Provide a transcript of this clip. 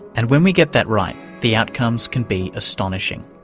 and when we get that right, the outcomes can be astonishing.